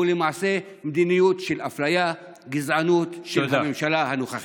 הוא למעשה מדיניות של אפליה וגזענות של הממשלה הנוכחית.